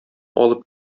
алып